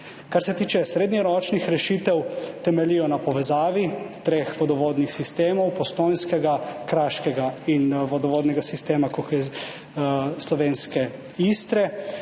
Kar se tiče srednjeročnih rešitev, temeljijo na povezavi treh vodovodnih sistemov, postojnskega, kraškega in vodovodnega sistema slovenske Istre.